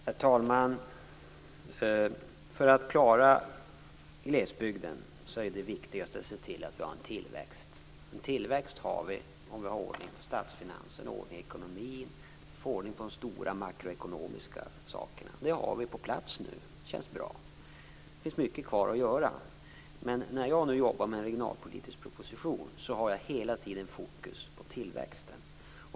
Herr talman! För att vi skall klara glesbygden är det viktigaste att vi ser till att ha en tillväxt. Tillväxt har vi om vi har ordning på statsfinanserna och ordning i ekonomin, om vi får ordning på de stora makroekonomiska sakerna. Vi har nu detta på plats. Det känns bra. Det finns mycket kvar att göra. När jag jobbar med en regionalpolitisk proposition har jag hela tiden fokus på tillväxten.